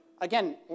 Again